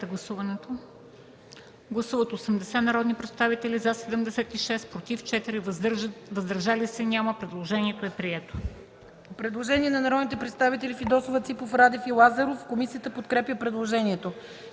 Гласували 80 народни представители: за 76, против 4, въздържали се няма. Предложението е прието.